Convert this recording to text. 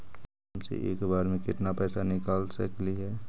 ATM से एक बार मे केत्ना पैसा निकल सकली हे?